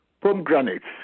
pomegranates